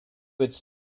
its